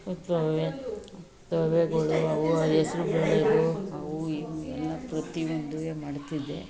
ತೋವೆ ತೋವೆಗಳು ಅವು ಹೆಸ್ರು ಬೇಳೆದು ಅವು ಇವು ಎಲ್ಲ ಪ್ರತಿಯೊಂದುವೇ ಮಾಡ್ತಿದ್ದೆ